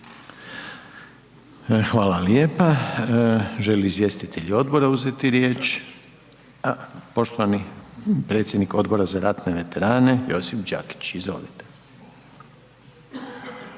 Hvala lijepa. Žele li izvjestitelji odbora uzeti riječ? Poštovani predsjednik Odbora za ratne veterane Josip Đakić, izvolite.